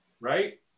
Right